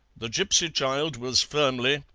the gipsy child was firmly,